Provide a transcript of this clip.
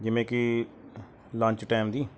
ਜਿਵੇਂ ਕਿ lunch time ਦੀ